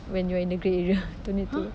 when you're in the grey area don't need to